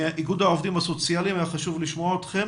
פזית עציון מאיגוד העובדים הסוציאליים שחשוב לשמוע אתכם.